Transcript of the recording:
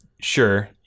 sure